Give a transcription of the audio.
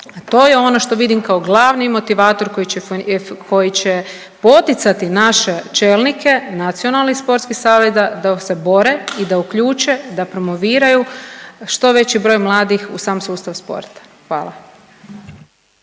to je ono što vidim kao glavni motivator koji će poticati naše čelnike, Nacionalni sportski savez da se bore i da uključe, da promoviraju što veći broj mladih u sam sustav sporta. Hvala.